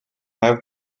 have